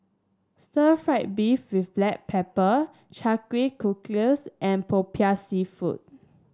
stir fry beef with Black Pepper cockles and popiah seafood